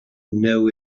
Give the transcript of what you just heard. know